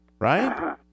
right